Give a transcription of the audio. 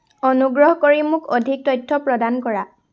অনুগ্ৰহ কৰি মোক অধিক তথ্য প্ৰদান কৰা